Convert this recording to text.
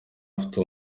afite